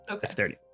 dexterity